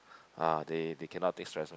ah they they cannot take stress one